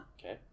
Okay